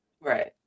Right